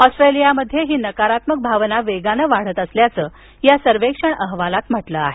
ऑस्ट्रेलियामध्ये ही नकारात्मक भावना वेगानं वाढत असल्याचं सर्वेक्षण अहवालात म्हटलं आहे